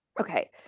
Okay